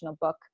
book